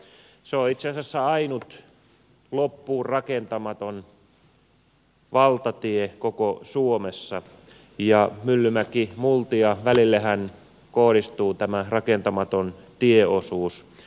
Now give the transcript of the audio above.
se on itse asiassa ainut loppuun rakentamaton valtatie koko suomessa ja myllymäkimultia välillehän kohdistuu tämä rakentamaton tieosuus